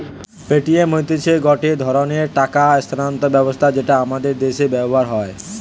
Paytm হতিছে গটে ধরণের টাকা স্থানান্তর ব্যবস্থা যেটা আমাদের দ্যাশে ব্যবহার হয়